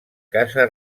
casa